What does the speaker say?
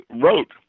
wrote